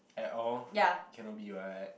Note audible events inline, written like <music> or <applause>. at all <breath> cannot be what